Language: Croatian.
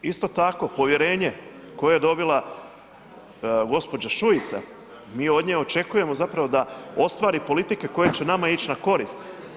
Isto tako povjerenje koje je dobila gospođa Šuica, mi od nje očekujemo zapravo da ostvari politike koje će nama ići na korist.